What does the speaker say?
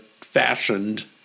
fashioned